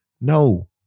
No